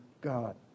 God